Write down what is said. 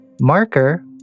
marker